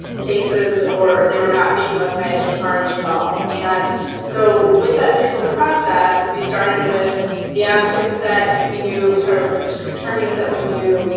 cases, or they were not being recognized or charged at all. and so with that stakeholder process, we started with the advocates that we knew. we started with the district attorneys that we knew.